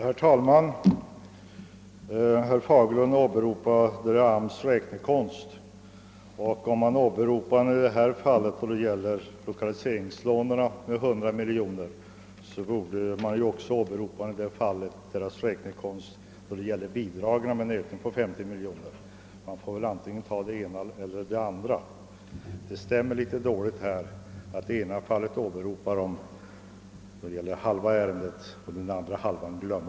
Herr talman! Herr Fagerlund åberopade arbetsmarknadsstyrelsens räknekonst. Om han åberopar den i fråga om lokaliseringslånen borde han också åberopa den i fråga om ökningen av bidragen med 50 miljoner kronor. Det stämmer litet dåligt om man åberopar AMS i den ena hälften av ärendet och glömmer AMS i den andra hälften.